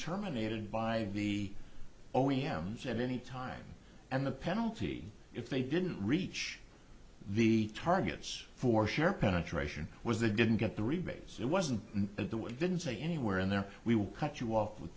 terminated by the o e m s at any time and the penalty if they didn't reach the targets for share penetration was they didn't get the rebate so it wasn't at the we didn't say anywhere in there we will cut you off with